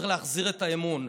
צריך להחזיר את האמון.